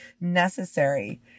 necessary